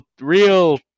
real